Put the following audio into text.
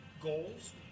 goals